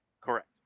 Correct